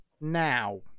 now